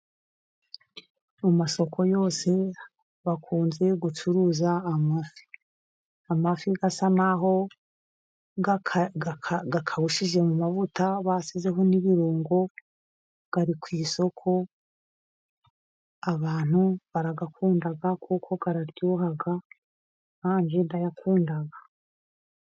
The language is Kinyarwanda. Mu masoko yose bakunze gucuruza amafi, Amafi asa nkaho akawushije mu mavuta, basizeho n'ibirungo ari ku isoko abantu bararayakunda kuko araryoha nanjye ndayakunda.